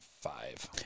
five